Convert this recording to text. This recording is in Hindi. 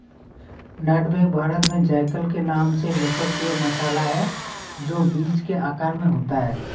नट मेग भारत में जायफल के नाम से लोकप्रिय मसाला है, जो बीज के आकार में होता है